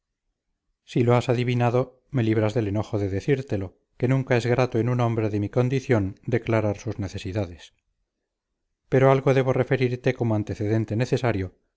si lo has adivinado me libras del enojo de decírtelo que nunca es grato en un hombre de mi condición declarar sus necesidades pero algo debo referirte como antecedente necesario